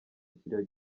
ikiriyo